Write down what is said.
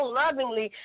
lovingly